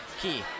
key